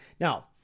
now